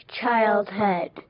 CHILDHOOD